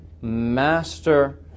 master